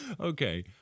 Okay